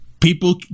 People